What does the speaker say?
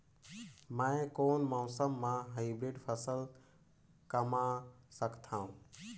मै कोन मौसम म हाईब्रिड फसल कमा सकथव?